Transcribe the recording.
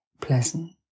pleasant